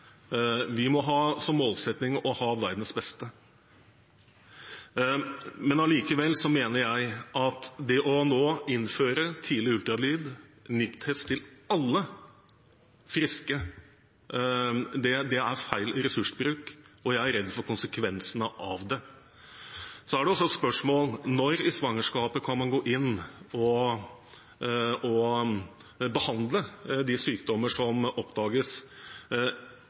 Vi må ha som målsetting å ha verdens beste. Allikevel mener jeg at det å innføre tidlig ultralyd og NIPT-test til alle friske er feil ressursbruk, og jeg er redd for konsekvensene av det. Det er også et spørsmål om når i svangerskapet man kan gå inn og behandle de sykdommer som oppdages.